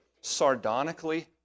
sardonically